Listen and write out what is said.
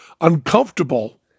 uncomfortable